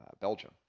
Belgium